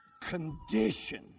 condition